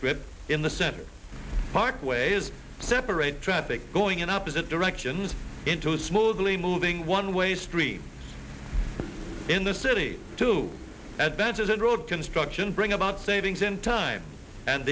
strip in the center part ways separate traffic going in opposite directions into smoothly moving one way street in the city to adventureland road construction bring about savings in time and